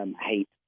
hate